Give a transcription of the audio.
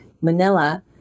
Manila